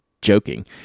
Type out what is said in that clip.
joking